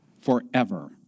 forever